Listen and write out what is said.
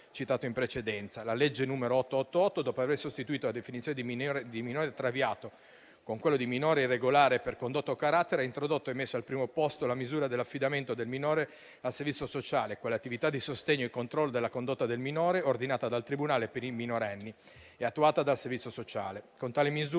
citato in precedenza. La legge n. 888, dopo aver sostituito la definizione di «minore traviato» con quello di «minore irregolare per condotta o per carattere» ha introdotto e messo al primo posto la misura dell'affidamento del minore al servizio sociale, quelle attività di sostegno e controllo della condotta del minore ordinata dal tribunale per i minorenni e attuata dal servizio sociale. Con tale misura